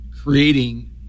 creating